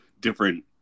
different